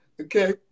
Okay